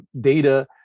data